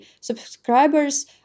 subscribers